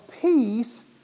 peace